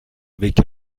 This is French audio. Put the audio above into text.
avec